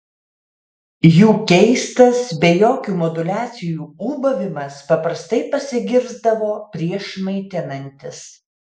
jų keistas be jokių moduliacijų ūbavimas paprastai pasigirsdavo prieš maitinantis